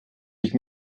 ich